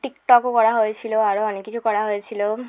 টিকটকও করা হয়েছিলো আরো অনেক কিছু করা হয়েছিলো